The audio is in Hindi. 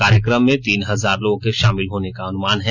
कार्यक्रम में तीन हजार लोगों के शामिल होने का अनुमान है